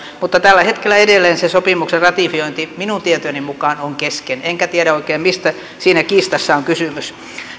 mutta tällä hetkellä edelleen se sopimuksen ratifiointi minun tietojeni mukaan on kesken enkä oikein tiedä mistä siinä kiistassa on kysymys